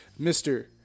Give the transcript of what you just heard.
Mr